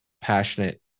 passionate